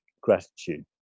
gratitude